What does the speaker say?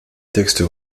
textes